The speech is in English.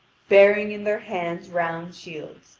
bearing in their hands round shields,